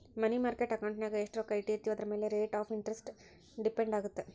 ಮನಿ market ಅಕೌಂಟಿನ್ಯಾಗ ಎಷ್ಟ್ ರೊಕ್ಕ ಇಟ್ಟಿರ್ತೇವಿ ಅದರಮ್ಯಾಲೆ ರೇಟ್ ಆಫ್ ಇಂಟರೆಸ್ಟ್ ಡಿಪೆಂಡ್ ಆಗತ್ತ